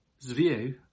view